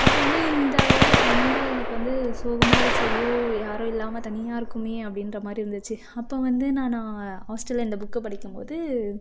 அப்போ வந்து இந்த வேர்டு ரொம்ப எனக்கு வந்து சோகமாக ஆகிடிச்சி ஐயோ யாரும் இல்லாமல் தனியாக இருக்கோமே அப்படின்ற மாதிரி இருந்துச்சு அப்போ வந்து நான் ஹாஸ்டலில் இந்த புக்கை படிக்கும்போது